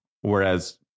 whereas